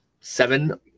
seven